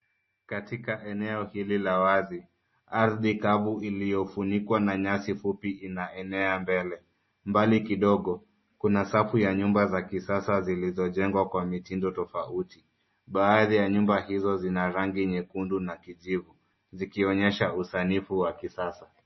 Katika eneo hili la wazi, ardhi kavu iliyofunikwa na nyasi fupi inaenea mbele. Mbali kidogo, kuna safu ya nyumba za kisasa zilizojengwa kwa mitindo tofauti. Baadhi ya nyumba hizo zina rangi nyekundu na kijivu zikionyesha usanifu wa kisasa.